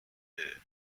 her